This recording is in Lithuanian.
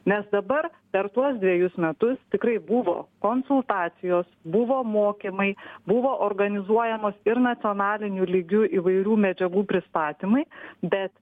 nes dabar per tuos dvejus metus tikrai buvo konsultacijos buvo mokymai buvo organizuojamos ir nacionaliniu lygiu įvairių medžiagų pristatymai bet